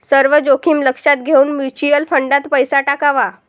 सर्व जोखीम लक्षात घेऊन म्युच्युअल फंडात पैसा टाकावा